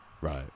right